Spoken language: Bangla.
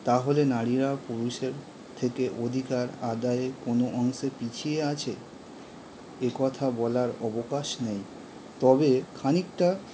তাহলে নারীরা পুরুষের থেকে অধিকার আদায়ে কোনও অংশে পিছিয়ে আছে এ কথা বলার অবকাশ নেই তবে খানিকটা